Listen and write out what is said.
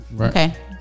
Okay